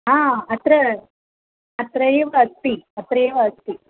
हा अत्र अत्र एव अस्ति अत्र एव अस्ति